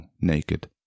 naked